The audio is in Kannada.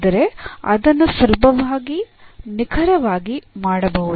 ಆದರೆ ಅದನ್ನು ಸುಲಭವಾಗಿ ನಿಖರವಾಗಿ ಮಾಡಬಹುದು